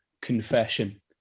confession